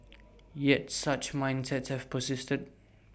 yet such mindsets have persisted